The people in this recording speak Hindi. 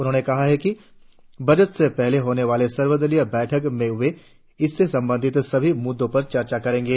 उन्होंने कहा कि बजट से पहले होने वाली सर्वदलीय बैठक में वे इससे संबंधित सभी मूद्दों पर चर्चा करेंगे